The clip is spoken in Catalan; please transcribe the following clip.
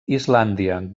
islàndia